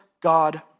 God